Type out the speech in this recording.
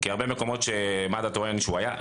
כי הרבה מקומות שמד"א טוען שהוא היה בהם,